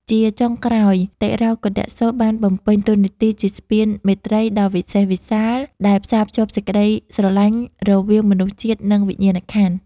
ជាចុងក្រោយ តិរោកុឌ្ឍសូត្របានបំពេញតួនាទីជាស្ពានមេត្រីដ៏វិសេសវិសាល ដែលផ្សារភ្ជាប់សេចក្ដីស្រឡាញ់រវាងមនុស្សជាតិ និងវិញ្ញាណក្ខន្ធ។